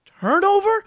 turnover